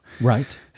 Right